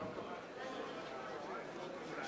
לא החלפנו?